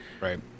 Right